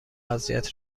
اذیت